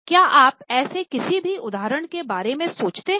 क्या आप ऐसे किसी भी उदाहरण के बारे में सोचते हैं